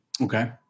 Okay